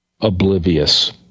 oblivious